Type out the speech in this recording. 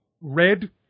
red